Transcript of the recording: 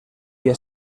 día